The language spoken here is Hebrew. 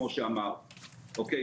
כפי שאמרת,